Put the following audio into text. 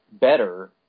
better